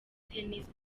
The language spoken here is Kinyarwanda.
tennis